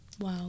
Wow